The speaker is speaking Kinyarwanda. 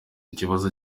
ikibazo